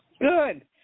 Good